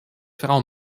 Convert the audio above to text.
frau